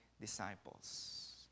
disciples